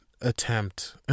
attempt